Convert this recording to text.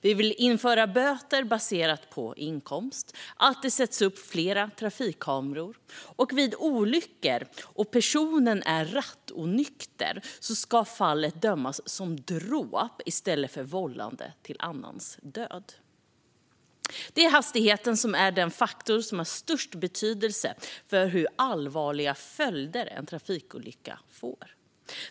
Vi vill införa böter baserat på inkomst, vi vill att det sätts upp fler trafikkameror och vi vill att en rattonykter person som orsakar en dödsolycka ska dömas för dråp i stället för vållande till annans död. Hastigheten är den faktor som har störst betydelse för hur allvarliga följder en trafikolycka får.